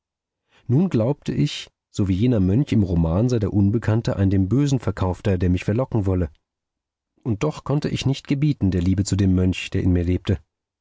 nun glaubte ich so wie jener mönch im roman sei der unbekannte ein dem bösen verkaufter der mich verlocken wolle und doch konnte ich nicht gebieten der liebe zu dem mönch der in mir lebte